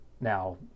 Now